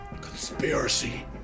Conspiracy